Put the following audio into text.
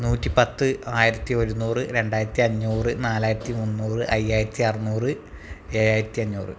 നൂറ്റി പത്ത് ആയിരത്തി ഒരുന്നൂർ രണ്ടായിരത്തി അഞ്ഞൂർ നാലായിരത്തി മുന്നൂർ അയ്യായിരത്തി അറുന്നൂർ ഏയായിരത്തി അഞ്ഞൂർ